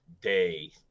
day